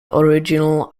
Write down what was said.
original